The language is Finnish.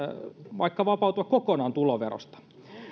vaikka vapautua kokonaan tuloverosta